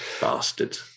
bastard